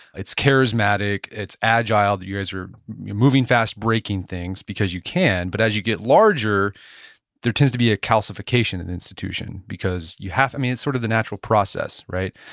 it's charismatic. it's agile that you guys are moving fast, breaking things. because you can, but as you get larger there tends to be a calcification in institution because you have to. i mean it's sort of the natural process, right?